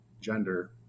gender